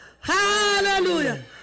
Hallelujah